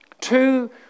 Two